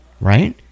right